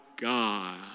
God